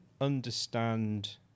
understand